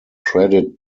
credit